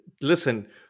Listen